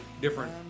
different